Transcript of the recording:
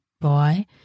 boy